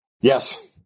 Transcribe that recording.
Yes